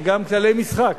וגם כללי משחק,